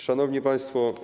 Szanowni Państwo!